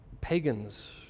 pagans